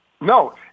No